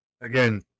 Again